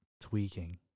tweaking